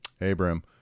Abram